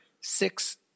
six